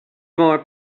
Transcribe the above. more